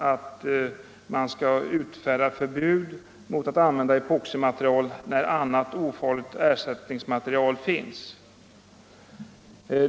I den begärs bara ett förbud mot att använda epoximaterial när annat ofarligt ersättningsmaterial finns.